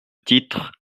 titre